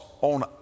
on